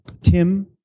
Tim